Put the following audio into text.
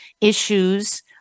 issues